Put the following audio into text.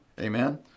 Amen